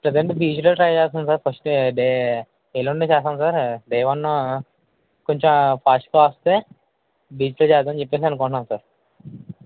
present బీచ్లో try చేస్తాను sir first day ఎల్లుండ చేస్తాం సార్ డే వన్ కొంచెం ఫాస్ట్గా వస్తే బీచ్లో చేద్దామని చెప్పేసి అనుకుంటున్నాం సార్